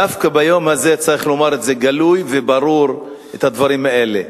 דווקא ביום הזה צריך לומר גלוי וברור את הדברים האלה.